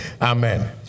Amen